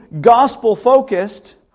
gospel-focused